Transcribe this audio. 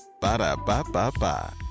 Ba-da-ba-ba-ba